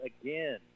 again